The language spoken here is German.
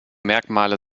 merkmale